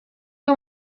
iyo